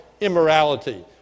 immorality